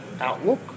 outlook